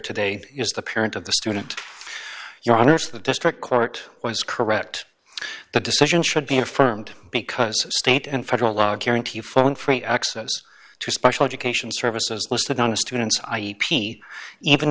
today is the parent of the student your honor to the district court was correct the decision should be affirmed because state and federal law guarantee phone free access to special education services listed on a student's i e p even